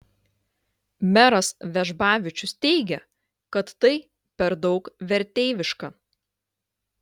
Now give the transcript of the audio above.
meras vežbavičius teigė kad tai per daug verteiviška